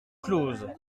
close